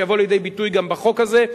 שיבוא לידי ביטוי גם בחוק הזה,